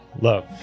Love